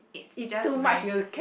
it's just very